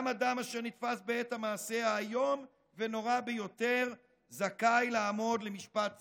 גם אדם אשר נתפס בעת המעשה האיום והנורא ביותר זכאי לעמוד למשפט צדק.